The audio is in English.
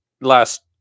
last